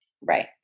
Right